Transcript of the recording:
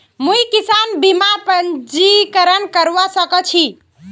मुई किसान बीमार पंजीकरण करवा जा छि